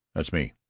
that's me!